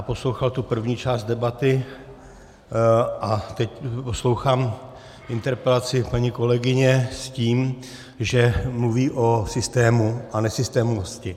Poslouchal jsem první část debaty a teď poslouchám interpelaci paní kolegyně s tím, že mluví o systému a nesystémovosti.